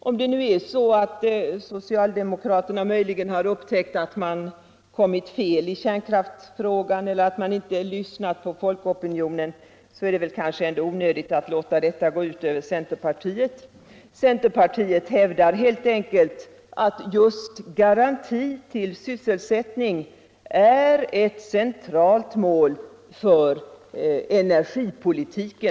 Om det nu är så att socialdemokraterna möjligen har upptäckt att man kommit fel i kärnkraftsfrågan eller att man inte lyssnat till folkopinionen, är det kanske ändå onödigt att låta detta gå ut över centerpartiet. Vi hävdar helt enkelt att just garanti för sysselsättningen är ett centralt mål för energipolitiken.